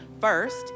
First